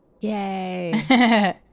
Yay